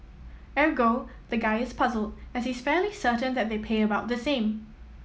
ergo the guy is puzzled as he's fairly certain that they pay about the same